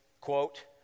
Quote